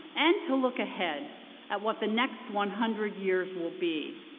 and to look ahead at what the next one hundred years will be.